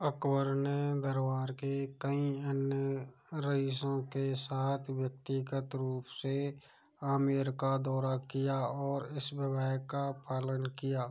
अकबर ने दरबार के कई अन्य रईसों के साथ व्यक्तिगत रूप से आमेर का दौरा किया और इस विवाह का पालन किया